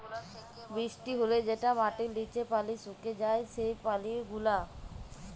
বৃষ্টি হ্যলে যেটা মাটির লিচে পালি সুকে যায় সেই পালি গুলা